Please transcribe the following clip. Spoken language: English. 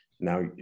now